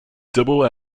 double